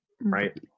right